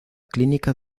clínica